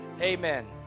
Amen